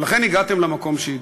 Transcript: ולכן הגעתם למקום שהגעתם.